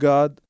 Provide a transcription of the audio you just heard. God